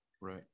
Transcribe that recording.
Right